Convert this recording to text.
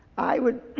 i would,